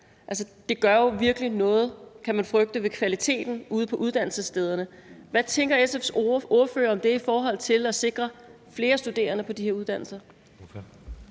det gør jo virkelig noget, kan man frygte, ved kvaliteten ude på uddannelsesstederne. Hvad tænker SF's ordfører om det i forhold til at sikre flere studerende på de her uddannelser?